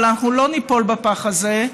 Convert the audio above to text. אבל אנחנו לא ניפול בפח הזה.